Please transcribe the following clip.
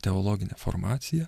teologinė formacija